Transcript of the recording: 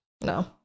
No